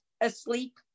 asleep